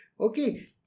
Okay